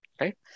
right